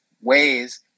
ways